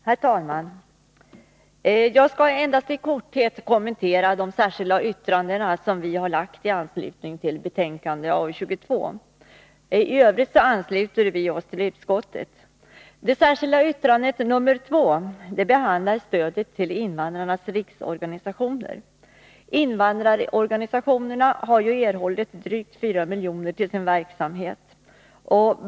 Herr talman! Jag skall endast i korthet kommentera de särskilda yttranden som vi har fogat till arbetsmarknadsutskottets betänkande 22. I övrigt ansluter vi oss till utskottet. : Det särskilda yttrandet nr 2 behandlar stödet till invandrarnas riksorganisationer. Invandrarorganisationerna har ju erhållit drygt 4 milj.kr. till sin verksamhet.